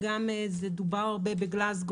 וזה גם דובר הרבה בגלזגו,